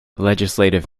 legislative